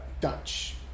dutch